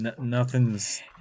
nothing's